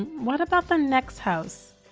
what about the next house.